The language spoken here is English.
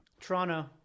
Toronto